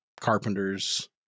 Carpenters